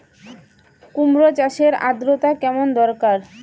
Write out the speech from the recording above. কুমড়ো চাষের আর্দ্রতা কেমন দরকার?